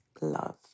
love